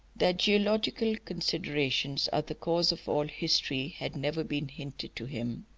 that geographical considerations are the cause of all history had never been hinted to him,